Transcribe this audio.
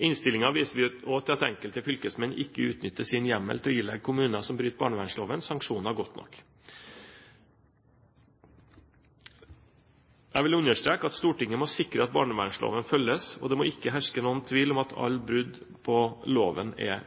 I innstillingen viser vi også til at enkelte fylkesmenn ikke utnytter sin hjemmel til å ilegge kommuner som bryter barnevernsloven, sanksjoner godt nok. Jeg vil understreke at Stortinget må sikre at barnevernsloven følges, og det må ikke herske noen tvil om at alle brudd på loven er